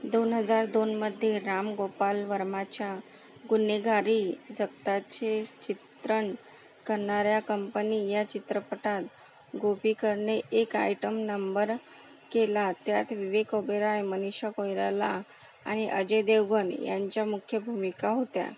दोन हजार दोनमध्ये राम गोपाल वर्माच्या गुन्हेगारी जगताचे चित्रण करणाऱ्या कंपनी या चित्रपटात गोपीकरने एक आयटम नंबर केला त्यात विवेक ओबेरॉय मनिषा कोईराला आणि अजय देवगण यांच्या मुख्य भूमिका होत्या